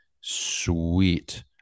Sweet